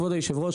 כבוד היושב ראש,